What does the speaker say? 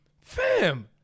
Fam